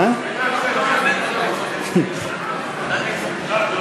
סעיפים 8 9, כהצעת הוועדה, נתקבלו.